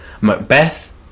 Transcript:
Macbeth